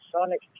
sonic